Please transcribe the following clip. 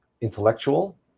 Intellectual